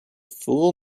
fool